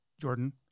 Jordan